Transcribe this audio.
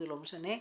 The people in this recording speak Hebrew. לא משנה,